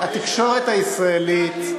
התקשורת הישראלית,